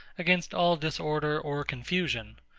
against all disorder or confusion.